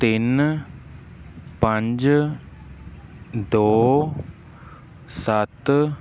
ਤਿੰਨ ਪੰਜ ਦੋ ਸੱਤ